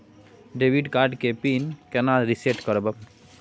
Debit card के PIN केना reset करब?